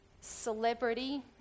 celebrity